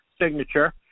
signature